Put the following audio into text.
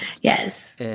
Yes